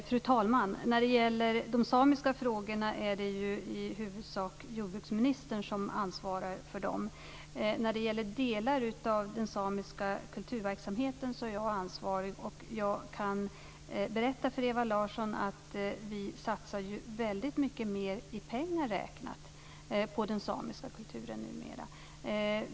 Fru talman! Det är i huvudsak jordbruksministern som ansvarar för de samiska frågorna. Jag är ansvarig för delar av den samiska kulturverksamheten. Jag kan berätta för Ewa Larsson att vi numera satsar mer i pengar räknat på den samiska kulturen.